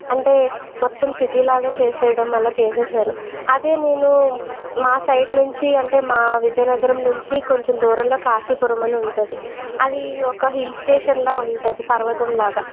అంటే మొత్తం సిటీ లాగ చేసేయడం అలా చేసేశారు అదే నేను మా సైడ్ నుంచి అంటే మా విజయనగరం నుంచి కొంచెం దూరంలో కాశీపురం అని ఉంటుంది అది ఒక హిల్ స్టేషన్లా ఉంటుంది పర్వతంలాగా